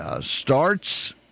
starts